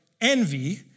envy